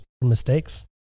mistakes